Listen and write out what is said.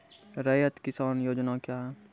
रैयत किसान योजना क्या हैं?